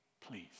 please